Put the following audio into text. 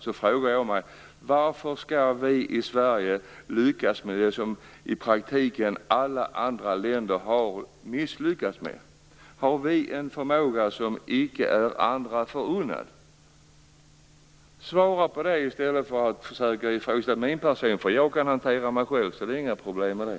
Då frågar jag mig: Varför skall vi i Sverige lyckas med det som i praktiken alla andra länder har misslyckats med? Har vi en förmåga som icke är andra förunnad? Svara på det i stället för att försöka ifrågasätta min person. Jag kan hantera mig själv - det är inga problem med det.